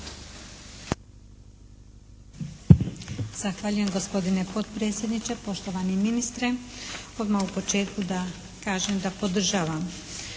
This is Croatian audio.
Zahvaljujem gospodine potpredsjedniče, poštovani ministre. Odmah u početku da kažem da podržavam